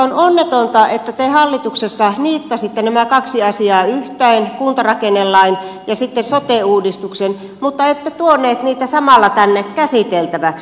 on onnetonta että te hallituksessa niittasitte nämä kaksi asiaa yhteen kuntarakennelain ja sitten sote uudistuksen mutta ette tuoneet niitä samalla tänne käsiteltäväksi